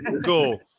go